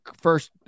First